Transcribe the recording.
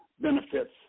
benefits